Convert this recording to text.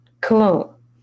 Cologne